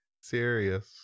serious